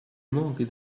manque